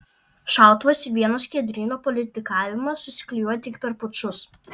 šautuvas ir vieno skiedryno politikavimas susiklijuoja tik per pučus